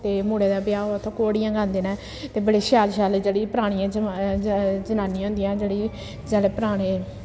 ते मुड़े दा ब्याह् होऐ उत्थै घोड़ियां गांदे न ते बड़े शैल शैल जेह्ड़ी परानियां जनानियां होंदियां जेह्ड़ी जेह्ड़े पराने